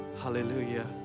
Hallelujah